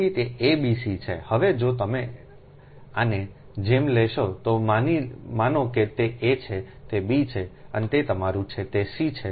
તેથી તે a b c છે હવે જો તમે આની જેમ લેશો તો માનો કે તે a છે તે b છે અને તે તમારું છે તે c છે